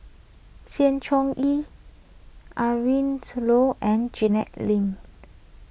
Sng Choon Yee Adrin Loi and Janet Lim